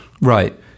Right